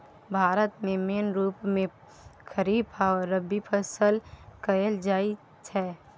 भारत मे मेन रुप मे खरीफ आ रबीक फसल कएल जाइत छै